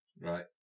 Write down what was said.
Right